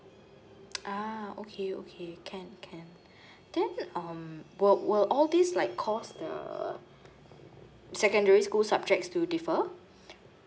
ah okay okay can can then um will will all these like cause the secondary school subjects to differ